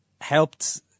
helped